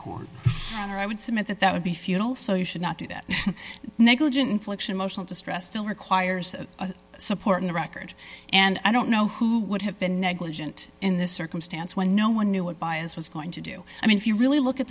court and i would submit that that would be futile so you should not do that negligent infliction motional distress till requires a support in the record and i don't know who would have been negligent in this circumstance when no one knew what baez was going to do i mean if you really look at